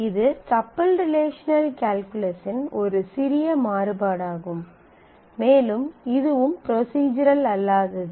இது double relational கால்குலஸின் ஒரு சிறிய மாறுபாடாகும் மேலும் இதுவும் ப்ரொஸிஸ்ரல் அல்லாதது